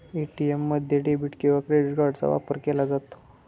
ATM मध्ये debit किंवा credit कार्डचा वापर केला जातो